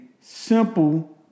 simple